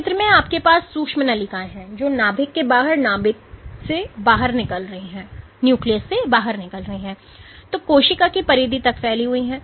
इस चित्र में आपके पास सूक्ष्मनलिकाएं हैं जो नाभिक के बाहर नाभिक से बाहर निकल रही हैं और कोशिका की परिधि तक फैली हुई हैं